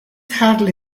hardly